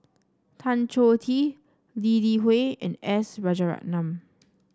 Tan Choh Tee Lee Li Hui and S Rajaratnam